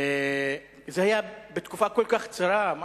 זה היה בתקופה כל כך קצרה,